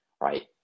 right